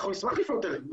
אנחנו נשמח --- בוודאי.